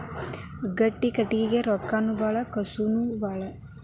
ಗಟ್ಟಿ ಕಟಗಿಗೆ ರೊಕ್ಕಾನು ಬಾಳ ಕಸುವು ಬಾಳ